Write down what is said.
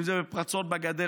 אם זה בפרצות בגדר,